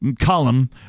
column